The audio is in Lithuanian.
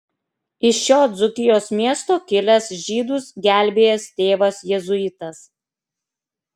iš šio dzūkijos miesto kilęs žydus gelbėjęs tėvas jėzuitas